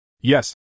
Yes